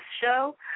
show